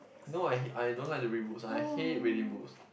no I hate I don't like to read books I hate reading books